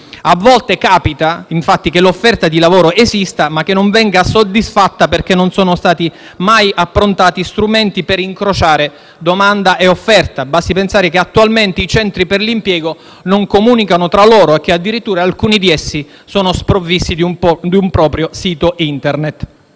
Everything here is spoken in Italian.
A volte capita, infatti, che l'offerta di lavoro esista, ma che non venga soddisfatta perché non sono stati mai approntati strumenti per incrociare domanda e offerta. Basti pensare che, attualmente, i centri per l'impiego non comunicano tra loro e che, addirittura, alcuni sono sprovvisti di un proprio sito Internet.